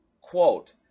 quote